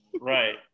Right